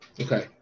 Okay